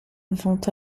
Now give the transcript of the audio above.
vont